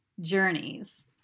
journeys